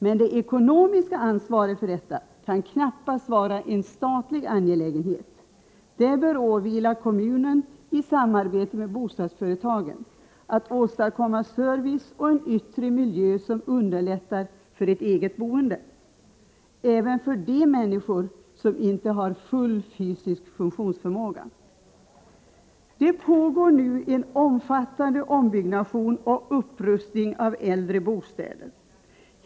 Men det ekonomiska ansvaret för detta kan knappast vara en statlig angelägenhet. Det bör åvila kommunen i samarbete med bostadsföretagen att åstadkomma service och en yttre miljö som underlättar för ett eget boende, även för de människor som inte har full fysisk funktionsförmåga. Det pågår nu en omfattande ombyggnation och upprustning av äldre bostäder.